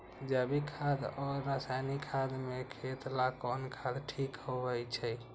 जैविक खाद और रासायनिक खाद में खेत ला कौन खाद ठीक होवैछे?